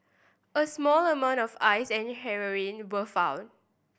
a small amount of Ice and heroin were found